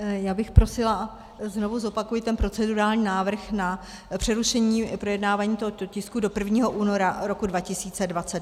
Já bych prosila, znovu zopakuji ten procedurální návrh na přerušení projednávání tohoto tisku do 1. února roku 2020.